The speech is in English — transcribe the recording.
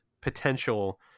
potential